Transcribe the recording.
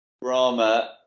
Brahma